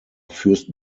fürst